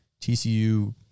TCU